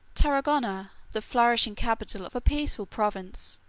tarragona, the flourishing capital of a peaceful province,